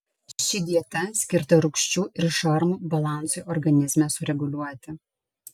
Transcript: ši dieta skirta rūgščių ir šarmų balansui organizme sureguliuoti